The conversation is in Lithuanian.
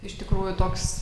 iš tikrųjų toks